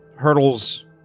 Hurdle's